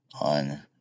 on